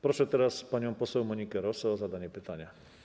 Proszę teraz panią poseł Monikę Rosę o zadanie pytania.